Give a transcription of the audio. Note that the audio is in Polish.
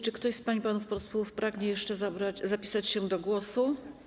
Czy ktoś z pań i panów posłów pragnie jeszcze zapisać się do głosu?